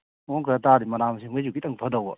ꯃꯐꯝ ꯈꯔ ꯇꯥꯔꯗꯤ ꯃꯅꯥ ꯃꯁꯤꯡꯈꯩꯁꯨ ꯈꯤꯇꯪ ꯐꯗꯧꯕ